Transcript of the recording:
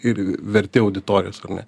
ir verti auditorijos ar ne